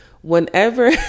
whenever